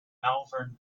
malvern